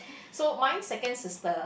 so my second sister